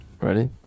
ready